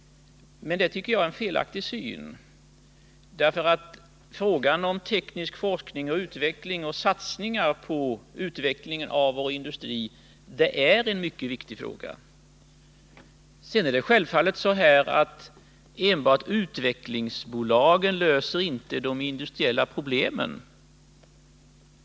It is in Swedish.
Det tycker jag är en felaktig syn. Frågan om teknisk forskning och utveckling och satsningar på utvecklingen av vår industri är en mycket viktig fråga. Sedan är det självfallet så att enbart utvecklingsbolag inte löser de industriella problemen.